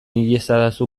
iezadazu